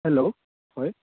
hello হয়